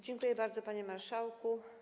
Dziękuję bardzo, panie marszałku.